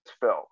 film